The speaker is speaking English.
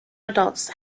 adults